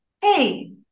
Hey